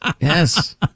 Yes